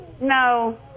No